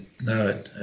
no